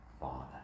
Father